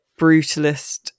brutalist